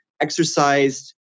exercised